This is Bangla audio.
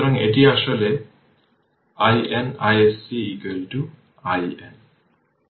সুতরাং রেজিস্টর 1 Ω এ স্টোরড এনার্জি এবং মোট এনার্জি এর শতকরা শতাংশ এই সমস্যাটিতে উল্লেখ করা হয়েছে